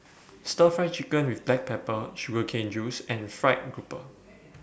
Stir Fry Chicken with Black Pepper Sugar Cane Juice and Fried Grouper